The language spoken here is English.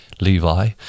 Levi